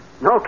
No